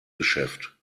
geschäft